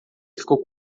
ficou